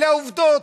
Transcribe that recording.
אלה העובדות.